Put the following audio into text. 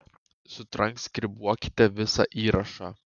sutranskribuokite visą įrašą